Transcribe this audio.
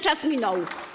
Czas minął.